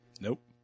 Nope